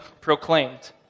proclaimed